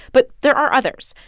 but there are others.